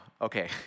Okay